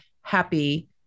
happy